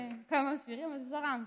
איזה כמה שירים, אבל זה זרם.